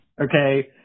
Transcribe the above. Okay